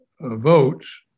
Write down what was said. votes